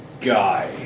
Guy